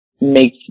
makes